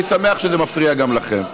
אני שמח שזה מפריע גם לכם.